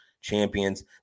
champions